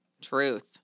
Truth